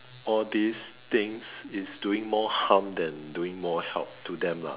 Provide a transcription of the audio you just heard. all this things is doing more harm than doing more help to them lah